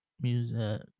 music